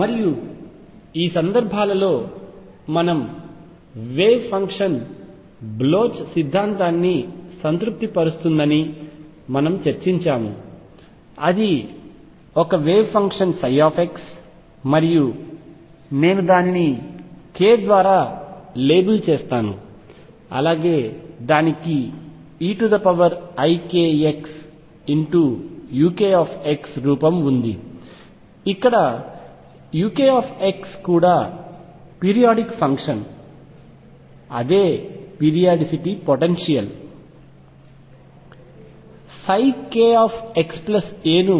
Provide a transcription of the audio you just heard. మరియు ఈ సందర్భాలలో మనం వేవ్ ఫంక్షన్ బ్లోచ్ సిద్ధాంతాన్ని సంతృప్తిపరుస్తుందని మనము చర్చించాము అది ఒక వేవ్ ఫంక్షన్ ψ మరియు నేను దానిని k ద్వారా లేబుల్ చేస్తాను అలాగే దానికి eikxuk రూపం ఉంది ఇక్కడ ukx కూడా పీరియాడిక్ ఫంక్షన్ అదే పీరియాడిసిటీ పొటెన్షియల్ kxa ను కలిగి ఉంటుంది